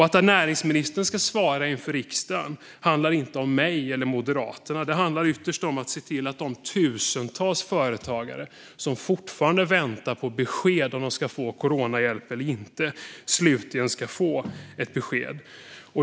Att näringsministern ska svara inför riksdagen handlar inte om mig eller Moderaterna. Det handlar ytterst om att se till att de tusentals företagare som fortfarande väntar på besked om huruvida de ska få coronahjälp eller inte slutligen ska få ett besked.